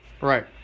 Right